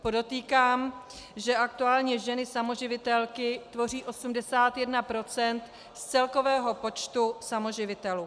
Podotýkám, že aktuálně ženy samoživitelky tvoří 81 % z celkového počtu samoživitelů.